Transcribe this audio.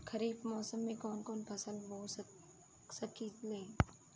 खरिफ मौसम में कवन कवन फसल बो सकि ले?